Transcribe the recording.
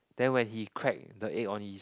then when he crack the egg on his